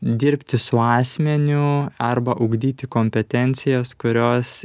dirbti su asmeniu arba ugdyti kompetencijas kurios